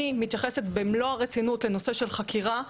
אני מתייחסת במלוא הרצינות לנושא של חקירה,